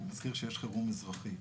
אני מזכיר שיש חירום אזרחי.